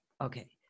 Okay